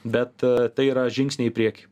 bet tai yra žingsniai į priekį